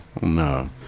No